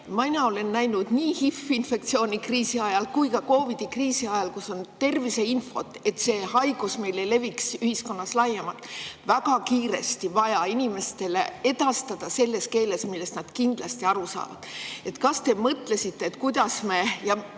Ma olen näinud nii HIV-infektsiooni kriisi ajal kui ka COVID-i kriisi ajal, et terviseinfot, et need haigused ei leviks ühiskonnas laiemalt, oli väga kiiresti vaja inimestele edastada selles keeles, millest nad kindlasti aru saavad. Kas te mõtlesite, kuidas me